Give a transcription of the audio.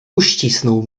uścisnął